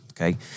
okay